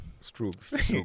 strokes